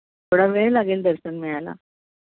थोडा वेळ लागेल दर्शन मिळायला